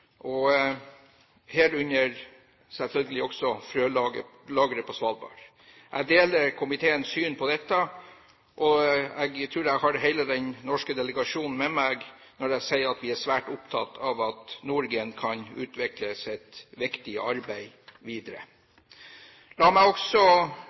herunder selvfølgelig også frølageret på Svalbard. Jeg deler komiteens syn på dette, og jeg tror jeg har hele den norske delegasjonen med meg når jeg sier at vi er svært opptatt av at NordGen kan utvikle sitt viktige arbeid